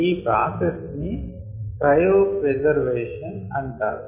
ఈ ప్రాసెస్ ని cryopreservation అంటారు